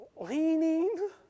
leaning